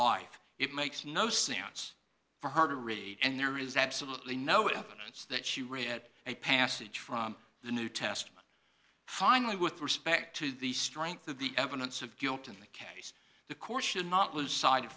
life it makes no sense for her to read and there is absolutely no evidence that she read a passage from the new testament finally with respect to the strength of the evidence of guilt in the